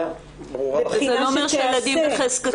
ברורה --- זה לא אומר שהילדים בחזקתו.